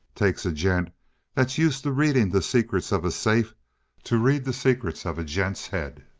takes a gent that's used to reading the secrets of a safe to read the secrets of a gent's head.